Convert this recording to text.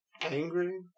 Angry